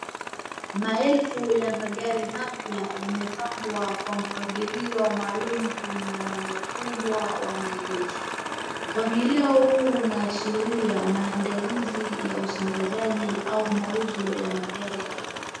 Maelfu ya magari mapya yamepagwa Kwa mpangilio maalumu kwenye uwanja kubwa wa maegesho, mpangilio huu unaashiria maandalizi ya usambazaji au mauzo ya magari haya.